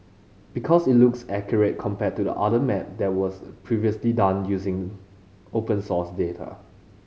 because it looks accurate compared to the another map that was previously done also using open source data